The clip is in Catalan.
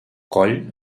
coll